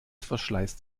verschleißt